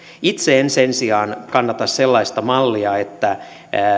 itse en sen sijaan kannata sellaista mallia että